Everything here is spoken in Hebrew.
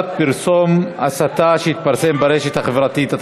פרסום הסתה שהתפרסם ברשת החברתית המקוונת,